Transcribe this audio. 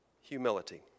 humility